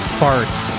farts